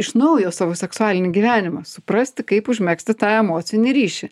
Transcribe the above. iš naujo savo seksualinį gyvenimą suprasti kaip užmegzti tą emocinį ryšį